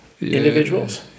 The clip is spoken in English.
individuals